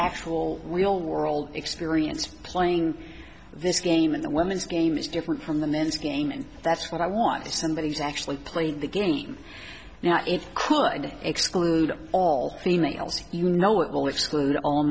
actual real world experience playing this game and the women's game is different from the men's game and that's what i want to somebody who's actually playing the game now it could exclude all females you know it w